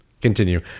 continue